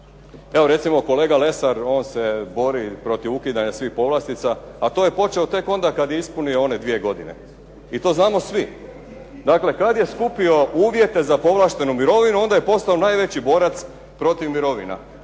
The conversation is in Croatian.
Evo recimo kolega Lesar on se bori protiv ukidanja svih povlastica, a to je počeo tek onda kad je ispunio one dvije godine. I to znamo svi. Dakle, kad je skupio uvjete za povlaštenu mirovinu onda je postao najveći borac protiv mirovina.